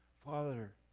Father